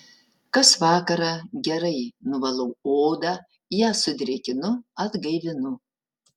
kas vakarą gerai nuvalau odą ją sudrėkinu atgaivinu